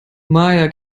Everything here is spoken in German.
maja